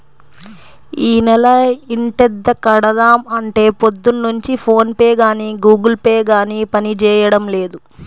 యీ నెల ఇంటద్దె కడదాం అంటే పొద్దున్నుంచి ఫోన్ పే గానీ గుగుల్ పే గానీ పనిజేయడం లేదు